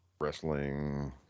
wrestling